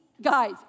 guys